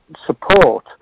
support